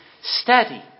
steady